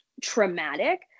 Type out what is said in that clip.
traumatic